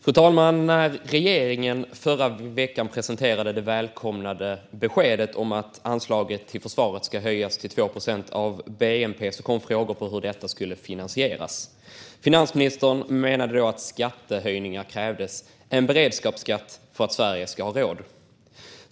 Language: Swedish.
Fru talman! När regeringen i förra veckan presenterade det välkomna beskedet att anslaget till försvaret ska höjas till 2 procent av bnp kom frågor om hur detta ska finansieras. Finansministern menade då att skattehöjningar krävs - en beredskapsskatt för att Sverige ska ha råd.